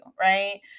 right